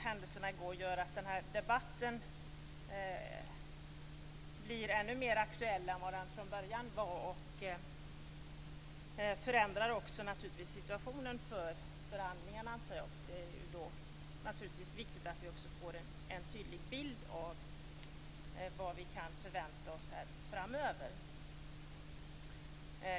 Händelserna i går gör naturligtvis att den här debatten blir ännu mer aktuell än vad den hade varit annars, och detta förändrar naturligtvis situationen inför förhandlingarna. Det är viktigt att vi får en tydlig bild av vad vi kan förvänta oss framöver.